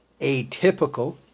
atypical